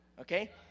okay